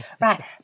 Right